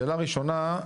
שאלה ראשונה,